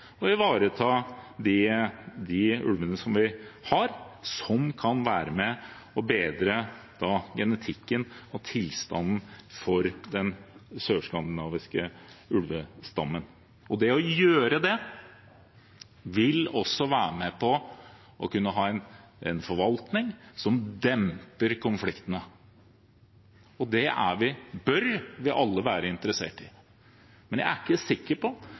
ivareta de ulvene vi har, som kan være med på å bedre genetikken og tilstanden for den sørskandinaviske ulvestammen. Det å gjøre det vil også være med på å gi en forvaltning som demper konfliktene. Det bør vi alle være interessert i, men jeg er ikke sikker på